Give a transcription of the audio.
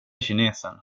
kinesen